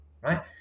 right